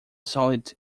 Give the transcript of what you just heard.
solid